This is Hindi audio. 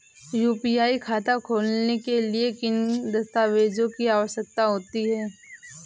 यू.पी.आई खाता खोलने के लिए किन दस्तावेज़ों की आवश्यकता होती है?